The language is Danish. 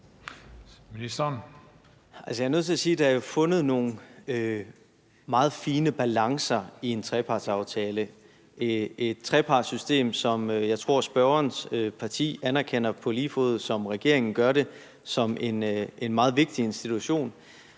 Jeg er nødt til at sige, at der jo er fundet nogle meget fine balancer i en trepartsaftale i et trepartssystem, som jeg tror spørgerens parti anerkender på lige fod med regeringen som en meget vigtig institution,